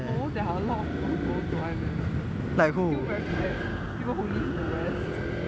no there are a lot of people who goes to I_M_M it's still very packed people who live in the west